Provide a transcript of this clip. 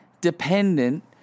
dependent